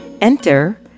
Enter